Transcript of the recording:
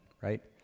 right